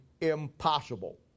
impossible